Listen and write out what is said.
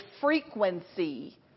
frequency